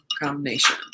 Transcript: combination